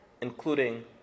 including